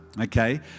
okay